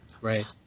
Right